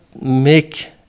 make